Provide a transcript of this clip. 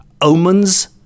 omens